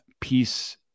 peace